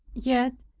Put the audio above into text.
yet,